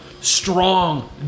strong